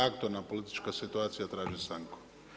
aktualna politička situacija, traži stanku.